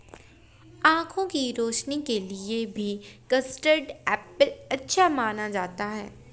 आँखों की रोशनी के लिए भी कस्टर्ड एप्पल अच्छा माना जाता है